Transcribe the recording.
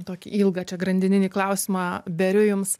tokį ilgą čia grandininį klausimą beriu jums